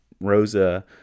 Rosa